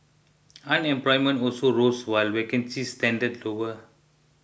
unemployment also rose while vacancies trended lower